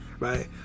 Right